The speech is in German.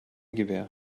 gewähr